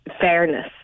fairness